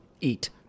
eat